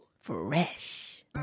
Fresh